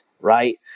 right